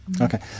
Okay